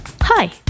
Hi